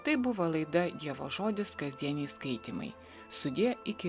tai buvo laida dievo žodis kasdieniai skaitymai sudie iki